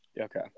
Okay